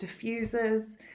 diffusers